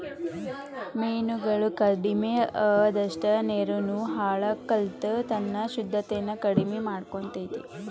ಮೇನುಗಳು ಕಡಮಿ ಅಅದಷ್ಟ ನೇರುನು ಹಾಳಕ್ಕತಿ ತನ್ನ ಶುದ್ದತೆನ ಕಡಮಿ ಮಾಡಕೊತತಿ